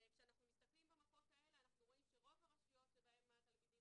כשאנחנו מסתכלים במפות האלה אנחנו רואים שרוב הרשויות שבהן התלמידים